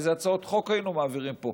איזה הצעות חוק היינו מעבירים פה?